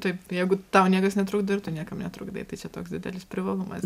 taip jeigu tau niekas netrukdo ir tu niekam netrukdai tai čia toks didelis privalumas